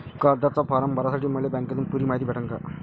कर्जाचा फारम भरासाठी मले बँकेतून पुरी मायती भेटन का?